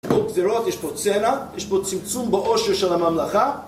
יש פה גזירות, יש פה צנע, יש פה צמצום בעושר של הממלכה